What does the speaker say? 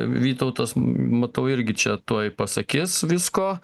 vytautas matau irgi čia tuoj pasakys visko